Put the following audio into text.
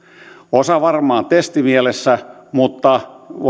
osa varmaan testimielessä mutta